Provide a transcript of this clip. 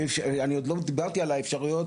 ואני עוד לא דיברתי על האפשרויות